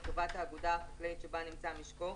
לטובת האגודה החקלאית שבה נמצא משקו,